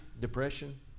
depression